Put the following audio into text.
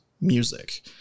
music